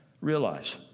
realize